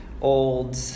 old